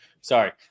sorry